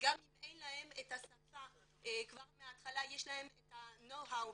גם אם אין להם את השפה כבר מהתחלה יש להם את ה-know how,